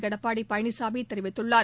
எடப்பாடி பழனிசாமி தெரிவித்துள்ளார்